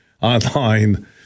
online